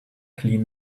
clean